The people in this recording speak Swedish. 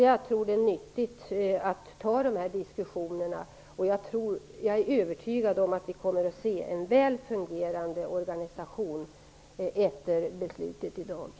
Jag tror att det är nyttigt att ta diskussionerna och är övertygad om att vi kommer att få en väl fungerande organisation efter dagens beslut.